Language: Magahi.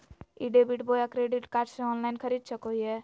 ई डेबिट बोया क्रेडिट कार्ड से ऑनलाइन खरीद सको हिए?